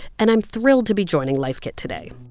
and i'm thrilled to be joining life kit today